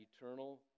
eternal